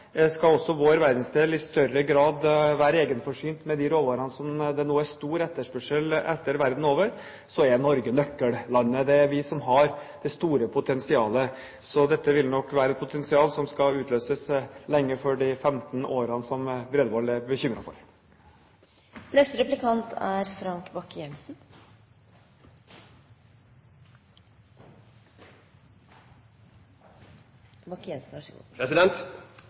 Skal også vår verdensdel i større grad være egenforsynt med de råvarene som det nå er stor etterspørsel etter verden over, er Norge nøkkellandet. Det er vi som har det store potensialet. Så dette vil nok være et potensial som skal utløses lenge før de 15 årene som Bredvold er